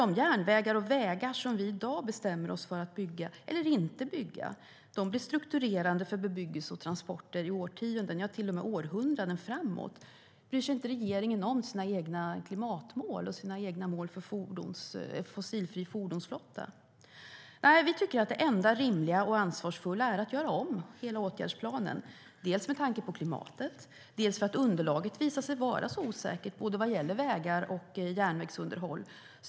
De järnvägar och vägar som vi i dag bestämmer oss för att bygga, eller inte bygga, blir strukturerande för bebyggelse och transporter i årtionden, till och med århundraden, framåt. Bryr sig regeringen inte om sina egna klimatmål och sina egna mål för en fossilfri fordonsflotta? Nej, vi tycker att det enda rimliga och ansvarsfulla är att göra om hela åtgärdsplanen, dels med tanke på klimatet, dels därför att underlaget visar sig vara osäkert vad gäller både vägar och järnvägsunderhåll.